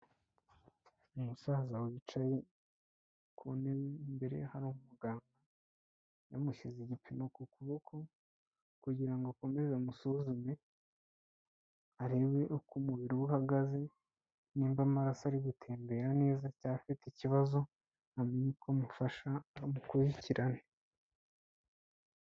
Umusaza wicaye ku ntebe, imbere ye hari amagambo, bamushyize igipimo ku kuboko kugira ngo akomeze amusuzume arebe uko umubiri we uhagaze nimba amaraso ari gutembera neza cyangwa afite ikibazo, amenye mufasha amukurikirane.